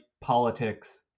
politics